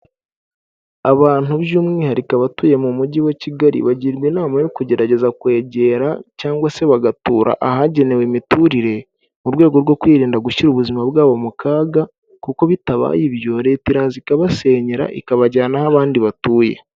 Abantu by'umwihariko abatuye mu mujyi wa Kigali bagirwa inama yo kugerageza kwegera, cyangwa se bagatura ahagenewe imiturire mu rwego rwo kwirinda gushyira ubuzima bwabo mu kaga; kuko bitabaye ibyo Leta iraza ikabasenyera ikabajyana aho abandi batuye.